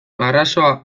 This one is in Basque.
marrazoa